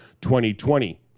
2020